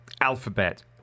Alphabet